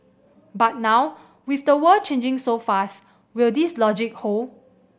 but now with the world changing so fast will this logic hold